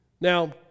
Now